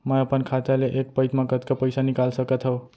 मैं अपन खाता ले एक पइत मा कतका पइसा निकाल सकत हव?